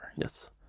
Yes